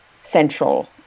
central